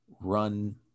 run